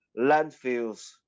landfills